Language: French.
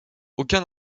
aucun